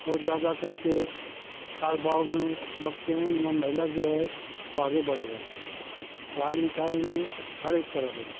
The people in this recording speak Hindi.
और ज्यादा करके हाव भाव में बकते हैं उनका महिला जो है वो आगे बढ़ रही हैं पढ़ाई लिखाई में हर एक तरफ